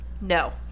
no